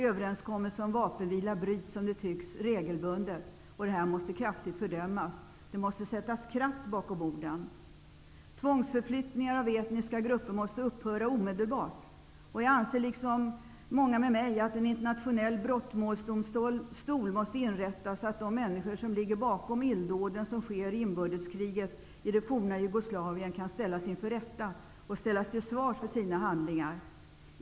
Överenskommelser om vapenvila bryts, som det tycks, regelbundet. Detta måste kraftigt fördömas. Det måste sättas kraft bakom orden. Tvångsförflyttningar av etniska grupper måste upphöra omedelbart. Jag anser liksom många med mig att en internationell brottsmålsdomstol måste inrättas, så att de människor som ligger bakom illdåden som sker i inbördeskriget i det forna Jugoslavien kan ställas inför rätta och ställas till svars för sina handlingar.